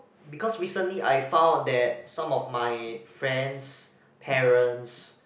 because recently I found that some of my friends parents